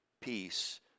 peace